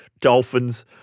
dolphins